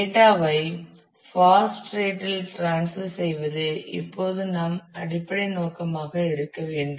data ஐ fast rate இல் transfer செய்வது இப்போது நம் அடிப்படை நோக்கமாக இருக்க வேண்டும்